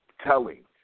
telling